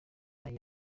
yanga